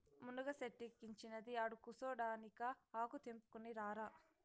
మునగ సెట్టిక్కించినది ఆడకూసోడానికా ఆకు తెంపుకుని రారా